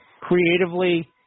creatively